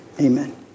Amen